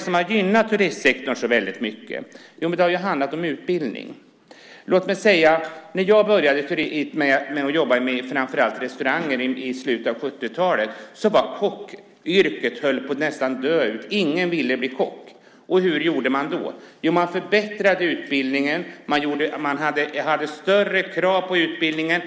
som har gynnat turistsektorn väldigt mycket? Jo, det är utbildningen. När jag började jobba framför allt i restaurangbranschen i slutet av 70-talet så höll kockyrket på att dö ut. Ingen ville bli kock. Och vad gjorde man då? Jo, man förbättrade utbildningen. Man ställde större krav på utbildningen.